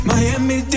Miami